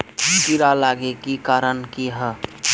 कीड़ा लागे के कारण की हाँ?